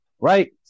Right